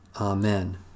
Amen